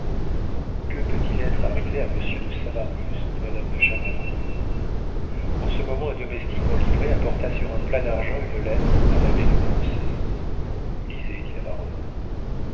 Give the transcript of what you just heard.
que peut-il être arrivé à monsieur de savarus dit madame de chavoncourt en ce moment un domestique en livrée apporta sur un plat d'argent une lettre à l'abbé de grancey lisez dit la baronne